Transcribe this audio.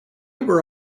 were